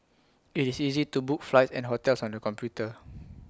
IT is easy to book flights and hotels on the computer